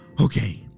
Okay